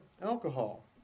alcohol